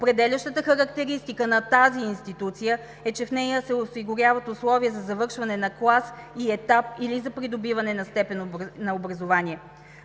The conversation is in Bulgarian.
определящата характеристика на тази институция е, че в нея се осигуряват условия за завършване на клас и етап, или за придобиване на степен на образование.